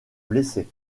blessé